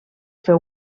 fer